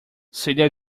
celia